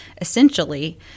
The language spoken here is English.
essentially